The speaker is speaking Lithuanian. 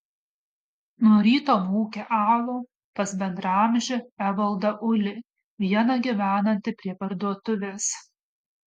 nuo ryto maukė alų pas bendraamžį evaldą ulį vieną gyvenantį prie parduotuvės